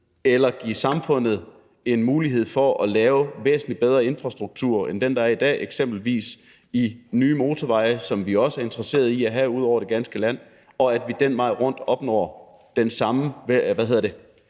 eller at give samfundet en mulighed for at lave en væsentlig bedre infrastruktur end den, der er i dag, eksempelvis i form af nye motorveje, som vi også er interessede i at have ud over det ganske land, og at vi den vej rundt får de ting i det her